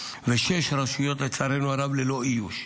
ושש רשויות, לצערנו הרב, ללא איוש.